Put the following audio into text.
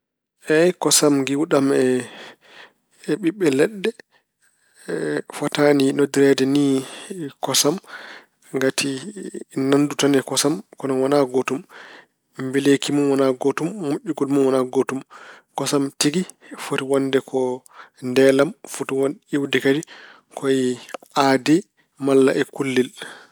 Eey, kosam giwɗam e ɓiɓɓe leɗɗe, fotaani noddireede ni kosam. Ngati nanndu tan e kosam kono wonaa gootum. Mbeleeki mun wonaa gootum, moƴƴugol mun wonaa gootum. Kosam tigi foti wonde ko ndeelam, foti- won- iwde kadi ko e aade malla e kullel.